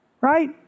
right